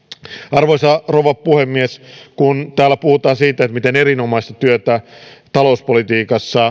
arvoisa rouva puhemies kun täällä puhutaan siitä miten erinomaista työtä talouspolitiikassa